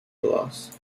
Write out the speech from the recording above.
loss